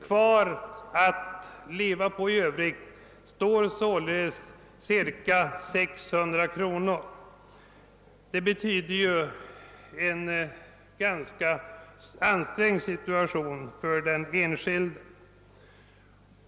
Kvar för övriga levnadskostnader återstår således cirka 600 kronor. Det betyder ju en ganska ansträngd situation för den enskilde.